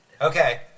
Okay